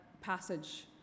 passage